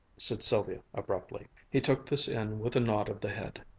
said sylvia abruptly. he took this in with a nod of the head.